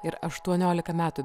ir aštuoniolika metų